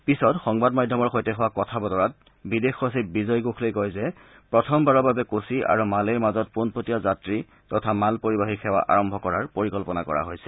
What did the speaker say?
পিছত সংবাদ মাধ্যমৰ সৈতে হোৱা কথা বতৰাত বিদেশ সচিব বিজয় গোখলেই কয় যে প্ৰথমবাৰৰ বাবে কোচি আৰু মালেৰ মাজত পোনপটীয়া যাত্ৰী তথা মাল পৰিবাহী সেৱা আৰম্ভ কৰাৰ পৰিকল্পনা কৰা হৈছে